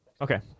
Okay